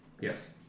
Yes